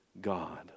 God